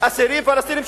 אסירים פלסטינים,